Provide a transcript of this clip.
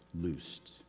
loosed